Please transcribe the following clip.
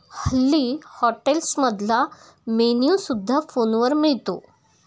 हल्ली हॉटेल्समधला मेन्यू सुद्धा फोनवर मिळतो